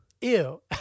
Ew